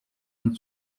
and